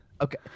Okay